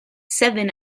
seven